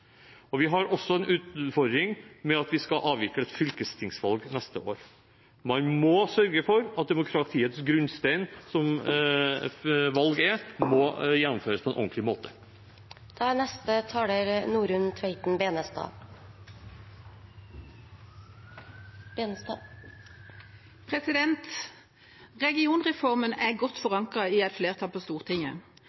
Vi har også en utfordring ved at vi skal avvikle fylkestingsvalg neste år. Man må sørge for at demokratiets grunnstein, som et valg er, må gjennomføres på en ordentlig måte. Regionreformen er